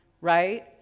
Right